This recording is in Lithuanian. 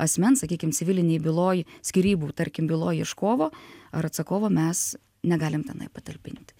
asmens sakykim civilinėj byloj skyrybų tarkim byloj ieškovo ar atsakovo mes negalim tenai patalpinti